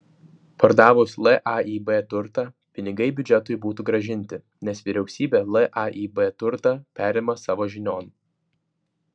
pardavus laib turtą pinigai biudžetui būtų grąžinti nes vyriausybė laib turtą perima savo žinion